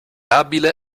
abile